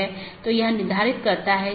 इसलिए पथ को परिभाषित करना होगा